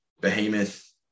Behemoth